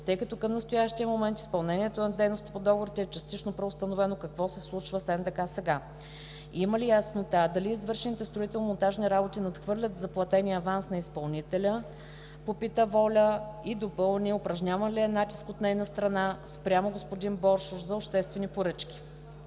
тъй като към настоящия момент изпълнението на дейностите по договорите е частично преустановено, какво се случва с НДК сега (БСП); има ли яснота дали извършените строително-монтажни работи надхвърлят заплатения аванс на изпълнителя; упражняван ли е натиск от нейна страна спрямо господин Боршош за обществени поръчки